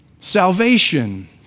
Salvation